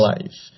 Life